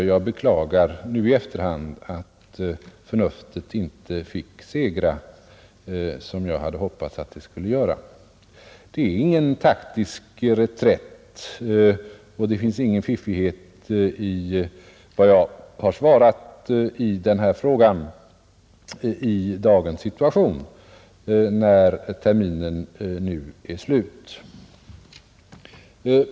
Men jag beklagar nu i efterhand att förnuftet inte fick segra som jag hade hoppats att det skulle göra, Det är ingen taktisk reträtt och det finns ingen fiffighet i vad jag har svarat i denna fråga i dagens situation när terminen nu är slut.